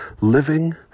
living